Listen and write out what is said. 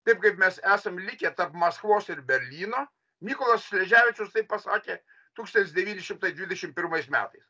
taip kaip mes esam likę tarp maskvos ir berlyno mykolas sleževičius taip pasakė tūkstantis devyni šimtai dvidešim pirmais metais